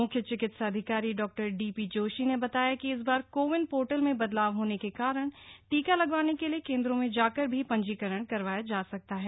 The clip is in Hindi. म्ख्य चिकित्सा अधिकारी डॉ डीपी जोशी ने बताया कि इस बार कोविन पोर्टल में बदलाव होने के कारण टीका लगवाने के लिए केंद्रों में जाकर भी पंजीकरण करवाया जा सकता है